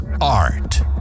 art